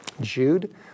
Jude